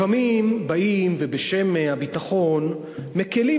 לפעמים באים ובשם הביטחון מקלים,